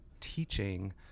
teaching